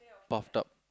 bulked up